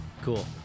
Cool